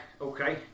okay